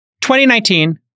2019